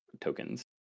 tokens